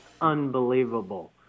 unbelievable